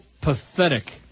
pathetic